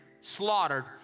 slaughtered